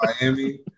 Miami